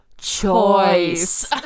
Choice